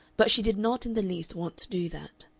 but she did not in the least want to do that.